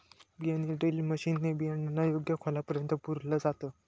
बियाणे drill machine ने बियाणांना योग्य खोलापर्यंत पुरल जात